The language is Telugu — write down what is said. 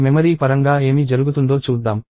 మెమరీ పరంగా ఏమి జరుగుతుందో చూద్దాం